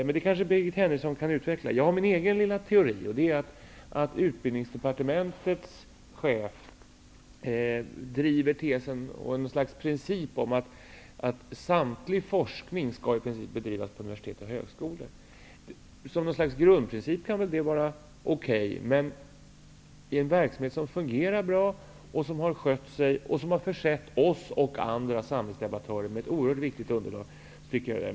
Detta kanske Birgit Henriksson kan utveckla. Jag har min egen lilla teori, och det är att Utbildningsdepartementets chef driver ett slags princip att i stort sett all forskning skall bedrivas på universitet och högskolor. Det kan väl vara okej som en slags grundprincip. Men jag tycker att det är märkligt när det gäller en verksamhet som har fungerat bra, som har skött sig och som har försett oss och andra samhällsdebattörer med oerhört viktigt kunskapsunderlag.